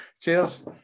cheers